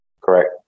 Correct